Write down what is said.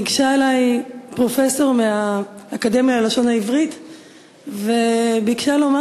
ניגשה אלי פרופסור מהאקדמיה ללשון העברית וביקשה לומר